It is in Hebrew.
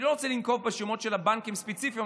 ואני לא רוצה לנקוב בשמות של בנקים ספציפיים,